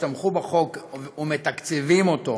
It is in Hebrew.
שתמכו בחוק ומתקצבים אותו.